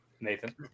Nathan